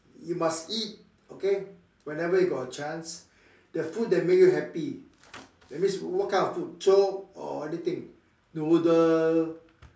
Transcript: you must eat okay whenever you got a chance the food that make you happy that means what kind of food so or anything noodle